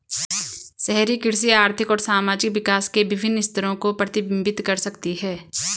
शहरी कृषि आर्थिक और सामाजिक विकास के विभिन्न स्तरों को प्रतिबिंबित कर सकती है